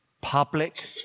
public